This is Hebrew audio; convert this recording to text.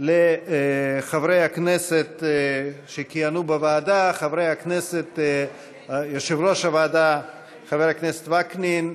לחברי הכנסת שכיהנו בוועדה: יושב-ראש הוועדה חבר הכנסת וקנין,